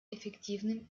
эффективным